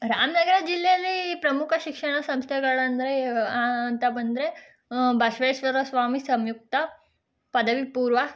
ರಾಮನಗರ ಜಿಲ್ಲೇಲಿ ಪ್ರಮುಖ ಶಿಕ್ಷಣ ಸಂಸ್ಥೆಗಳಂದರೆ ಅಂತ ಬಂದರೆ ಬಸವೇಶ್ವರ ಸ್ವಾಮಿ ಸಂಯುಕ್ತ ಪದವಿ ಪೂರ್ವ